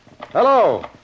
Hello